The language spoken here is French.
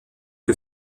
que